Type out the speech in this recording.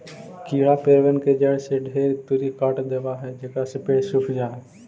कीड़ा पेड़बन के जड़ के ढेर तुरी काट देबा हई जेकरा से पेड़ सूख जा हई